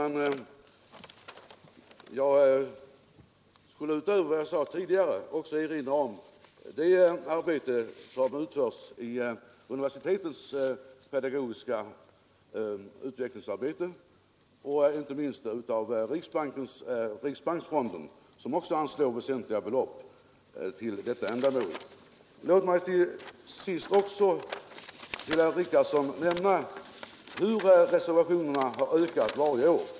Herr talman! Utöver vad jag sade tidigare vill jag erinra om det pedagogiska utvecklingsarbete som utförs inom universiteten. Inte minst riksbanksfonden anslår väsentliga belopp till detta ändamål. Låt mig till sist till herr Richardson nämna hur reservationerna har ökat varje år.